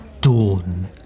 dawn